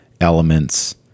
elements